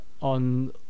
on